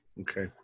Okay